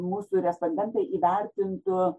mūsų respondentai įvertintų